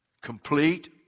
complete